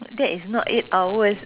that is not eight hours